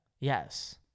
Yes